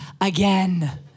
again